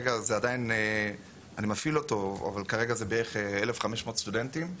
אני מפעיל אותו, אבל כרגע זה בערך 1,500 סטודנטים,